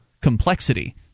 complexity